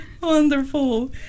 Wonderful